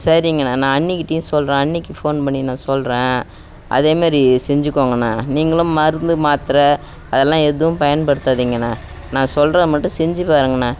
சரிங்கண்ணா நான் அண்ணிக்கிட்டேயும் சொல்கிறேன் அண்ணிக்கு ஃபோன் பண்ணி நான் சொல்கிறேன் அதே மாதிரி செஞ்சிக்கோங்கண்ணா நீங்களும் மருந்து மாத்திர அதலாம் எதுவும் பயன்படுத்தாதிங்கண்ணா நான் சொல்கிறத மட்டும் செஞ்சுப் பாருங்கண்ணா